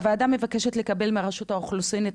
הוועדה מבקשת לקבל מרשות האוכלוסין את